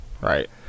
Right